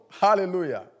Hallelujah